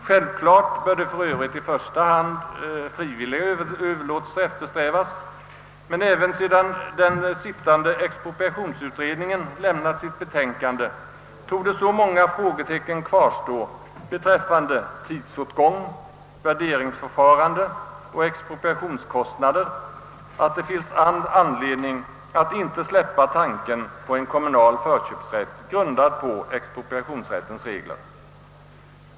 Självklart bör i första hand frivilliga överlåtelser eftersträvas, men även sedan den nu arbetande expropriationsutredningen avgivit sitt betänkande torde så många frågetecken kvarstå beträffande tidsåtgång, värderingsförfarande och expropriationskostnader att det finns anledning att inte släppa tanken på en kommunal förköpsrätt, grundad på expropriationsrättens regler.